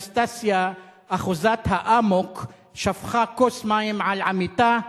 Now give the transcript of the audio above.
אנסטסיה אחוזת האָמוק שפכה כוס מים על עמיתה,